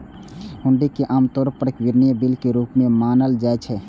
हुंडी कें आम तौर पर विनिमय बिल के रूप मे मानल जाइ छै